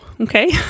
Okay